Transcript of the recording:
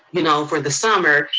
you know for the summer,